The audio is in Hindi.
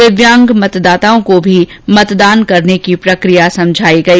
दिव्यांग मतदाताओं को भी मतदान करने की प्रकिया बताई गई